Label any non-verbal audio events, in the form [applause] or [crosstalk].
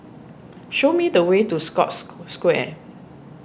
show me the way to Scotts [hesitation] Square